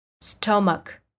Stomach